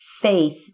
faith